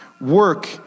Work